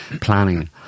planning